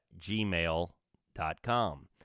gmail.com